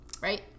Right